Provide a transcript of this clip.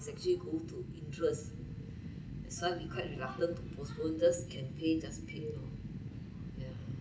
is actually go to interest so it quite reluctant to postpone just can pay just pay loh yeah